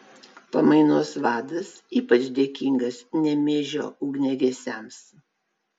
pamainos vadas ypač dėkingas nemėžio ugniagesiams